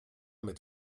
mit